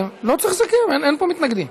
אין פה מתנגדים.